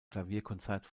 klavierkonzert